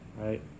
right